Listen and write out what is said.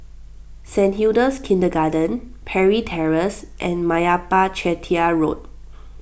Saint Hilda's Kindergarten Parry Terrace and Meyappa Chettiar Road